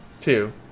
Two